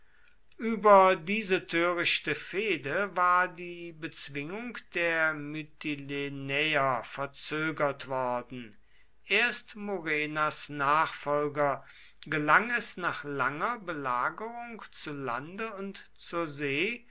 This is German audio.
über diese törichte fehde war die bezwingung der mytilenäer verzögert worden erst murenas nachfolger gelang es nach langer belagerung zu lande und zur see